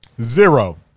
zero